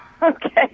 Okay